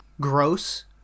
gross